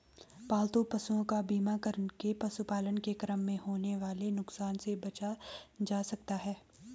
पालतू पशुओं का बीमा करके पशुपालन के क्रम में होने वाले नुकसान से बचा जा सकता है